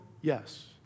Yes